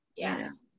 Yes